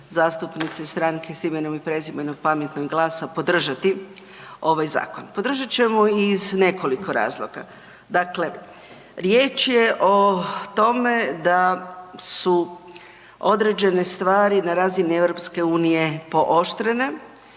zastupnice Stranke s Imenom i Prezimenom, Pametnog i GLAS-a podržati ovaj zakon. Podržat ćemo iz nekoliko razloga, dakle riječ je o tome da su određene stvari na razini EU pooštrene